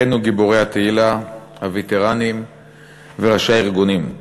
אחינו גיבורי התהילה, הווטרנים וראשי הארגונים,